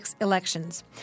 elections